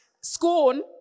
scorn